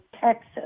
Texas